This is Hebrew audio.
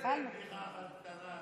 תן להם בדיחה אחת קטנה.